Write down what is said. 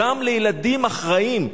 גם לילדים אחראיים.